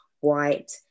white